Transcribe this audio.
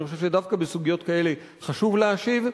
כי אני חושב שדווקא בסוגיות כאלה חשוב להשיב.